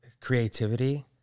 creativity